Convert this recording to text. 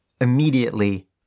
immediately